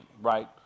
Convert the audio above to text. right